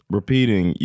repeating